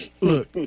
look